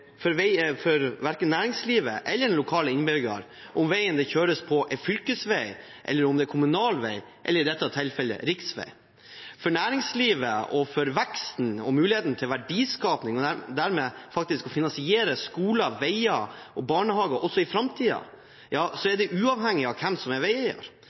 veien det kjøres på, er en fylkesvei, en kommunal vei eller, som i dette tilfellet, en riksvei. Næringslivet, veksten og muligheten til verdiskaping – og dermed også finansiering av skoler, veier og barnehager også i framtiden – er uavhengig av hvem som er veieier.